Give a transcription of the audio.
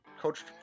coached